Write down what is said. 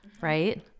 right